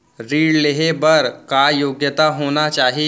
ऋण लेहे बर का योग्यता होना चाही?